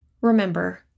Remember